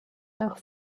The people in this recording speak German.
nach